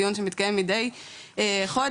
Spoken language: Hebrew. דיון שמתקיים מידי חודש,